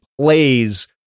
plays